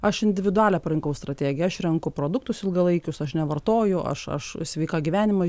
aš individualią parinkau strategiją aš renku produktus ilgalaikius aš nevartoju aš aš sveiką gyvenimą